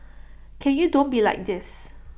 can you don't be like this